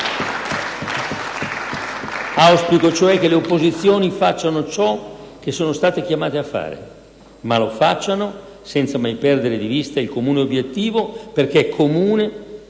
cioè, che le opposizioni facciano ciò che sono state chiamate a fare, ma lo facciano senza mai perdere di vista il comune obiettivo, perché comune sono certo